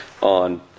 on